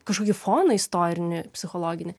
kažkokį foną istorinį psichologinį